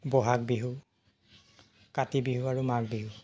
বহাগ বিহু কাতি বিহু আৰু মাঘ বিহু